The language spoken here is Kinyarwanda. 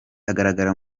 agaragara